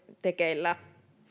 tekeillä